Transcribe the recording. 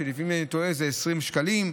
ואם אינני טועה זה 20 שקלים,